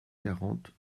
quarante